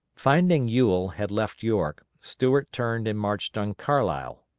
finding ewell had left york, stuart turned and marched on carlisle,